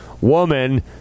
woman